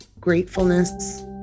gratefulness